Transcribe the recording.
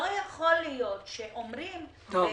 לא יכול להיות שאומרים --- טוב,